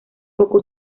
poco